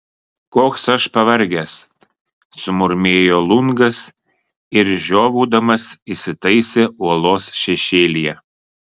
koks aš pavargęs sumurmėjo lungas ir žiovaudamas įsitaisė uolos šešėlyje